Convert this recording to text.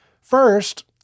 First